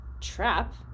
trap